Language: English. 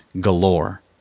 galore